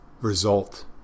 result